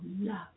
love